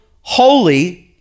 holy